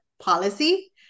policy